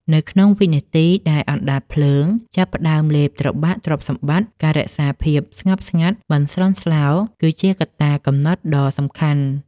នៅក្នុងវិនាទីដែលអណ្ដាតភ្លើងចាប់ផ្ដើមលេបត្របាក់ទ្រព្យសម្បត្តិ ការរក្សាភាពស្ងប់ស្ងាត់មិនស្លន់ស្លោ គឺជាកត្តាកំណត់ដ៏សំខាន់។